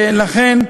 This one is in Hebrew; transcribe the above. לכן,